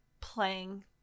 playing